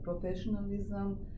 professionalism